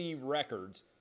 records